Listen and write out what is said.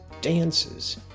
dances